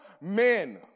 men